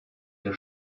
der